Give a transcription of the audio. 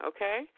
Okay